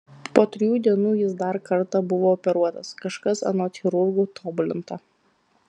po trijų dienų jis dar kartą buvo operuotas kažkas anot chirurgų tobulinta